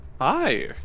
Hi